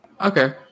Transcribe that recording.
Okay